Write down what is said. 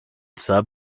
sub